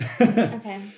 Okay